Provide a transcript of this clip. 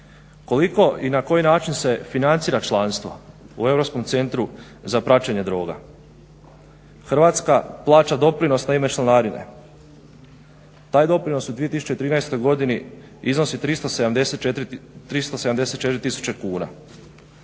Koliko i na koji način se financira članstvo u europskom centru za praćenje droga? Hrvatska plaća doprinos na ime članarine. Taj doprinos u 2013. godini iznosi 374 tisuće kuna